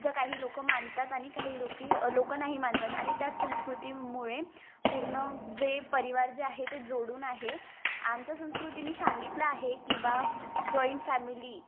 ज्या काही लोक मानतात आनि काही लोकि लोकं नाही मानतात आणि त्याच संस्कृतीमुळे पूर्ण जे परिवार जे आहे ते जोडून आहे आमच्या संस्कृतीनी सांगितलं आहे की बा जॉईंट फॅमिली